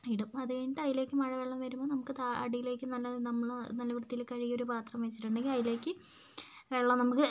ഇടും അത് കഴിഞ്ഞിട്ട് അതിലേക്ക് മഴ വെള്ളം വരുമ്പോൾ നമുക്ക് താ അടിയിലേക്ക് നല്ല നമ്മൾ നല്ല വൃത്തിയിൽ കഴുകിയ ഒരു പാത്രം വെച്ചിട്ടുണ്ടെങ്കിൽ അതിലേക്ക് വെള്ളം നമുക്ക്